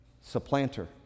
supplanter